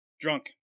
drunk